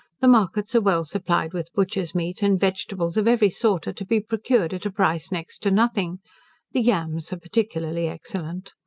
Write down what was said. the markets are well supplied with butcher's meat, and vegetables of every sort are to be procured at a price next to nothing the yams are particularly excellent.